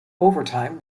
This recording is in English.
overtime